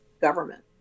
government